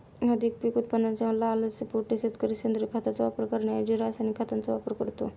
अधिक पीक उत्पादनाच्या लालसेपोटी शेतकरी सेंद्रिय खताचा वापर करण्याऐवजी रासायनिक खतांचा वापर करतो